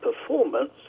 performance